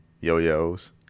Yo-yos